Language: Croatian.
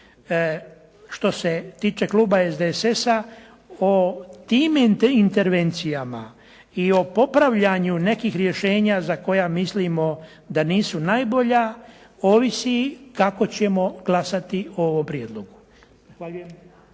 Što se tiče kluba SDSS-a, o tim intervencijama i o popravljanju nekih rješenja za koja mislimo da nisu najbolja, ovisi kako ćemo glasati o ovom prijedlogu.